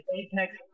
Apex